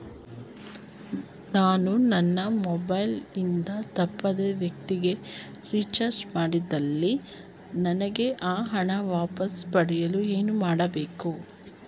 ನಾನು ನನ್ನ ಮೊಬೈಲ್ ಇಂದ ತಪ್ಪಾದ ವ್ಯಕ್ತಿಗೆ ರಿಚಾರ್ಜ್ ಮಾಡಿದಲ್ಲಿ ನನಗೆ ಆ ಹಣ ವಾಪಸ್ ಪಡೆಯಲು ಏನು ಮಾಡಬೇಕು?